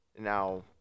Now